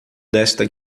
desta